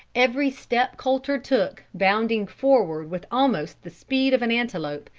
every step colter took, bounding forward with almost the speed of an antelope,